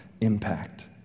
impact